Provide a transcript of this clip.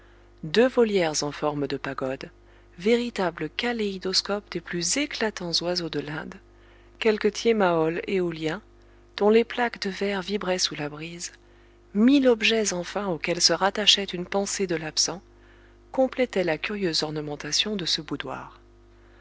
deux volières en forme de pagode véritables kaléidoscopes des plus éclatants oiseaux de l'inde quelques tiémaols éoliens dont les plaques de verre vibraient sous la brise mille objets enfin auxquels se rattachait une pensée de l'absent complétaient la curieuse ornementation de ce boudoir